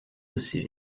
aussi